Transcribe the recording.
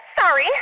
Sorry